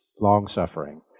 Long-suffering